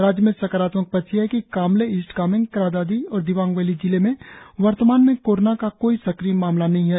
राज्य में सकारात्मक पक्ष यह है कि कामले ईस्ट केमेंग क्रा दादी और दिबांग वैली जिले में वर्तमान में कोरोना का कोई सक्रिय मामला नहीं है